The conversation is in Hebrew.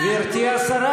גברתי השרה,